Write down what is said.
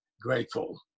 grateful